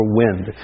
wind